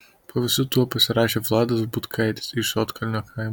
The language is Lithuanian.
po visu tuo pasirašė vladas butkaitis iš sodkalnio kaimo